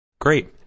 Great